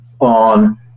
on